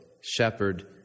shepherd